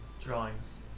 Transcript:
drawings